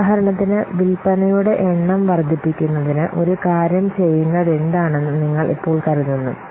ഉദാഹരണത്തിന് വിൽപ്പനയുടെ എണ്ണം വർദ്ധിപ്പിക്കുന്നതിന് ഒരു കാര്യം ചെയ്യുന്നതെന്താണെന്ന് നിങ്ങൾ ഇപ്പോൾ കരുതുന്നു